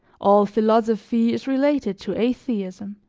all philosophy is related to atheism.